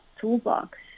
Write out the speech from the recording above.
toolbox